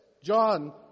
John